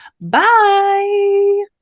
bye